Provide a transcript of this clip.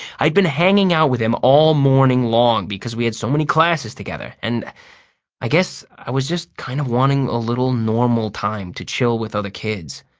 i had been hanging out with him all morning long because we had so many classes together, and i guess i was just kind of wanting a little normal time to chill with other kids.